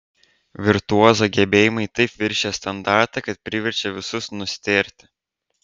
virtuozo gebėjimai taip viršija standartą kad priverčia visus nustėrti